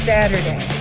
Saturday